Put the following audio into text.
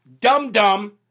dumb-dumb